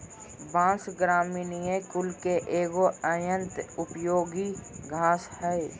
बाँस, ग्रामिनीई कुल के एगो अत्यंत उपयोगी घास हइ